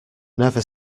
never